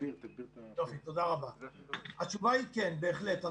כן, בהחלט.